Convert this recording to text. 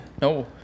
No